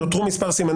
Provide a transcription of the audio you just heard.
לא דיון.